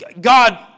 God